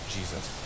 Jesus